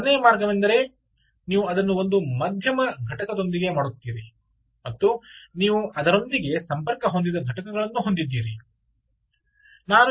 ಎರಡನೆಯ ಮಾರ್ಗವೆಂದರೆ ನೀವು ಅದನ್ನು ಒಂದು ಮಧ್ಯಮ ಘಟಕದೊಂದಿಗೆ ಮಾಡುತ್ತೀರಿ ಮತ್ತು ನೀವು ಅದರೊಂದಿಗೆ ಸಂಪರ್ಕ ಹೊಂದಿದ ಘಟಕಗಳನ್ನು ಹೊಂದಿದ್ದೀರಿ